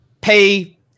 pay